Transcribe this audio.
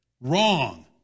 Wrong